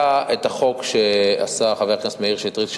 היה החוק שעשה חבר הכנסת מאיר שטרית,